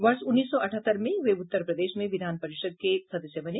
वर्ष उन्नीस सौ अठहत्तर में वे उत्तर प्रदेश में विधान परिषद के सदस्य बने